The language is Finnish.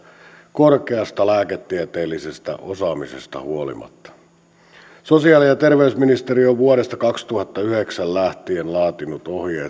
korkeasta lääketieteellisestä osaamisesta huolimatta sosiaali ja terveysministeriö on vuodesta kaksituhattayhdeksän lähtien laatinut